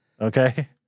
Okay